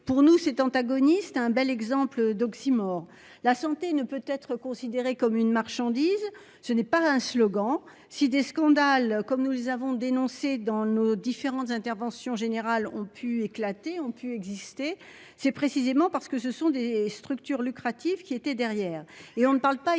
pour nous c'est antagonistes. Un bel exemple d'oxymore, la santé ne peut être considéré comme une marchandise. Ce n'est pas un slogan si des scandales comme nous les avons dénoncé dans nos différentes interventions générales ont pu éclater ont pu exister, c'est précisément parce que ce sont des structures lucrative qui était derrière et on ne parle pas ici